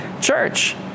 church